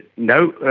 no,